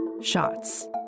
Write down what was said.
shots